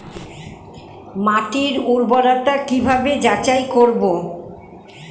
মাটির উর্বরতা কি ভাবে যাচাই করব?